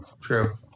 True